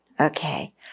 Okay